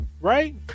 right